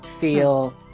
feel